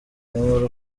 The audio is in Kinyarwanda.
nyamara